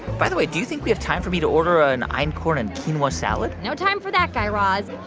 by the way, do you think we have time for me to order an einkorn and quinoa salad? no time for that, guy raz.